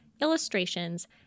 illustrations